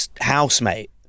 housemate